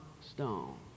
stone